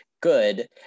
good